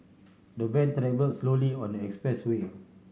the van travelled slowly on the expressway